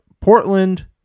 Portland